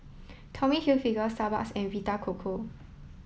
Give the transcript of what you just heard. Tommy Hilfiger Starbucks and Vita Coco